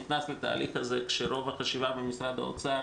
נכנס לתהליך הזה כשרוב החשיבה במשרד האוצר